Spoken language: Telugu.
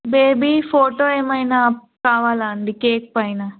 బేబీ ఫోటో ఏమైనా కావాలా అండి కేక్ పైన